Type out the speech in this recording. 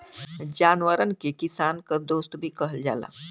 जानवरन के किसान क दोस्त भी कहल जाला